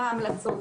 מה ההמלצות,